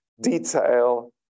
detail